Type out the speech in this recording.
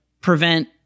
prevent